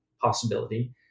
possibility